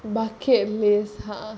bucket list !huh!